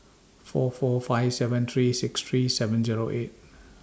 four four five seven three six three seven Zero eight